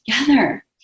together